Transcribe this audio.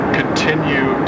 continue